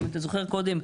אם אתה זוכר קודם,